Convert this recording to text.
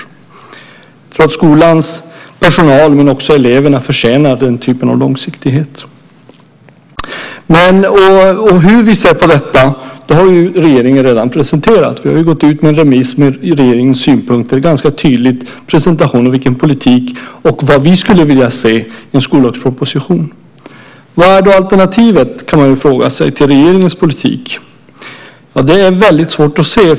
Jag tror att skolans personal och elever förtjänar den typen av långsiktighet. Hur vi ser på detta har regeringen redan presenterat. Vi har gått ut med en remiss med regeringens synpunkter. Det är en ganska tydlig presentation av politiken och vad vi skulle vilja se i en skollagsproposition. Vad är alternativet till regeringens politik? kan man fråga sig. Det är väldigt svårt att se.